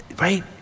right